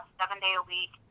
seven-day-a-week